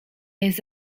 jest